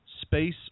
space